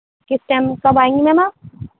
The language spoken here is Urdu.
کس ٹائم کب آئیں گی میم آپ